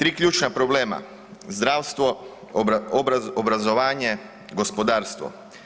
3 ključna problema, zdravstvo, obrazovanje, gospodarstvo.